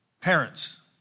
parents